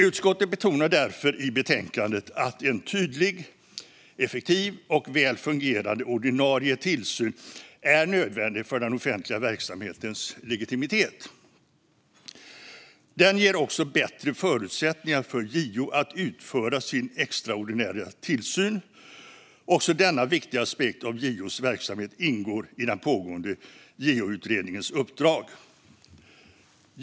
Utskottet betonar därför i betänkandet att en tydlig, effektiv och väl fungerande ordinarie tillsyn är nödvändig för den offentliga verksamhetens legitimitet. Den ger också bättre förutsättningar för JO att utföra sin extraordinära tillsyn. Också denna viktiga aspekt av JO:s verksamhet ingår i den pågående JO-utredningens uppdrag.